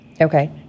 Okay